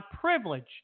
privilege